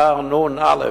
תרנ"א.